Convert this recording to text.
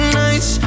nights